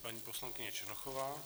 Paní poslankyně Černochová.